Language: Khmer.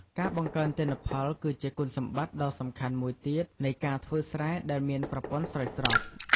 ការបង្កើនទិន្នផល គឺជាគុណសម្បត្តិដ៏សំខាន់មួយទៀតនៃការធ្វើស្រែដែលមានប្រព័ន្ធស្រោចស្រព។